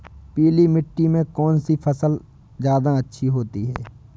पीली मिट्टी में कौन सी फसल ज्यादा अच्छी होती है?